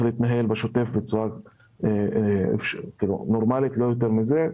להתנהל בשוטף בצורה נורמלית ולא יותר מזה.